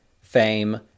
fame